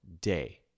day